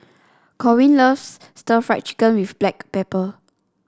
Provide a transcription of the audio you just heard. Corwin loves Stir Fried Chicken with Black Pepper